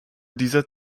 dieser